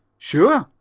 sure,